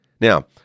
Now